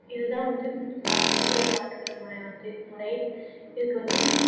இது தான் வந்து நான் செடிகளை பார்த்துக்குற முறை வந்து முறை இதுக்கு வந்து